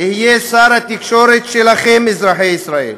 אהיה שר התקשורת שלכם,